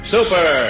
Super